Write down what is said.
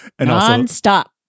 Non-stop